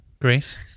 Great